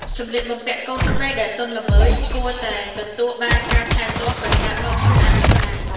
សម្លៀកបំពាក់កូនក្មេងដែលទន់ល្មើយគួរតែទទួលបានការថែទាំដោយការបោកសម្អាតនឹងដៃ។